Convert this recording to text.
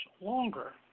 longer